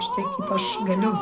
štai kaip aš galiu